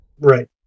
Right